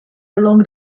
along